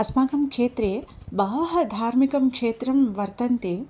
अस्माकं क्षेत्रे बहवः धार्मिकं क्षेत्रं वर्तन्ते